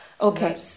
Okay